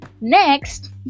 next